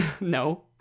No